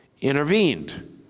intervened